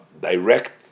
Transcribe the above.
direct